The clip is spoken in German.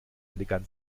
elegant